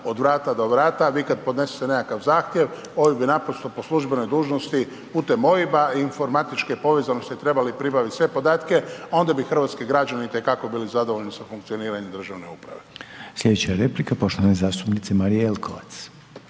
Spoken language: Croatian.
od vrata do vrata. Vi kada podnesete nekakav zahtjev, …/Govornik se ne razumije./… bi naprosto po službenoj dužnosti, putem OIB-a I informatičke povezanosti trebali pribaviti sve podatke, onda bi hrvatski građani itekako bili zadovoljni sa funkcioniranjem državne uprave. **Reiner, Željko (HDZ)** Sljedeća replika, poštovane zastupnice Marije Jelkovac.